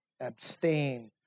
abstain